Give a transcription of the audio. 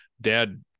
dad